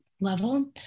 level